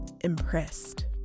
impressed